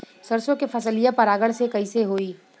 सरसो के फसलिया परागण से कईसे होई?